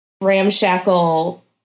ramshackle